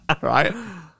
Right